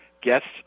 guests